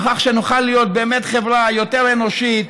וכך נוכל להיות חברה יותר אנושית,